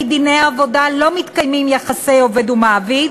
דיני עבודה לא מתקיימים יחסי עובד מעביד